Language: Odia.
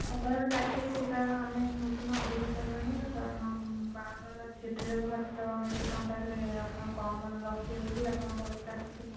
ଆଉ ତମେ କାଟିକି ଟିକିଏ କାରଣ ଆମେ ନେବୁ ନା ଅଧିକ ପରିମାଣର କାରଣ ବାହାଘର ଅଛି ଆମେ ଏତେ ଟଙ୍କାରେ ଆପଣ କମ୍ରେ ରଖିବେ ବୋଲି ଆପଣଙ୍କ ପାଖକୁ ଆସିଛୁ